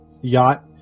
yacht